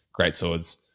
greatswords